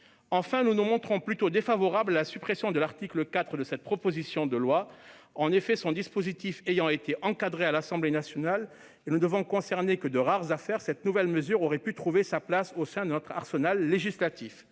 Enfin, nous nous montrons plutôt défavorables à la suppression de l'article 4 de cette proposition de loi. En effet, son dispositif ayant été encadré à l'Assemblée nationale et ne devant concerner que de rares affaires, cette nouvelle mesure aurait pu trouver sa place au sein de notre arsenal législatif.